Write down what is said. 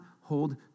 hold